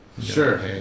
Sure